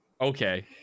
Okay